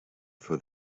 for